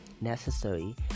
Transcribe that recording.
necessary